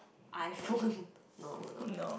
iPhone no I will not